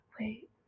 Wait